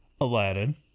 Aladdin